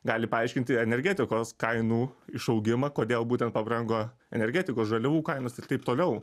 gali paaiškinti energetikos kainų išaugimą kodėl būtent pabrango energetikos žaliavų kainos ir taip toliau